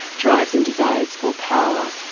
drives and desires for power,